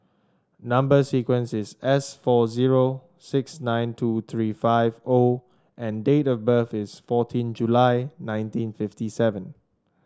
number sequence is S four zero six nine two three five O and date of birth is fourteen July nineteen fifty seven